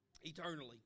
eternally